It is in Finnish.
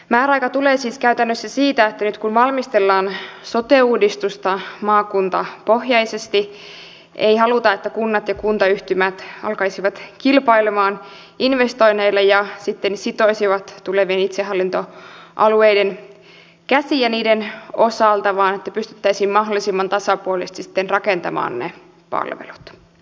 määräaika tulee siis käytännössä siitä että nyt kun valmistellaan sote uudistusta maakuntapohjaisesti ei haluta että kunnat ja kuntayhtymät alkaisivat kilpailemaan investoinneilla ja sitten sitoisivat tulevien itsehallintoalueiden käsiä niiden osalta vaan halutaan että pystyttäisiin mahdollisimman tasapuolisesti sitten rakentamaan ne palvelut